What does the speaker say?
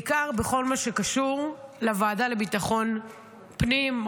בעיקר בכל מה שקשור לוועדה לביטחון פנים,